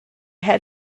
had